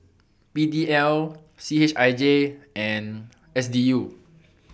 PDL CHIJ and SDU